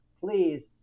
Please